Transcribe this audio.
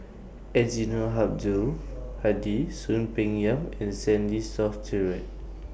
Eddino Abdul Hadi Soon Peng Yam and Stanley Toft Stewart